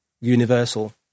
universal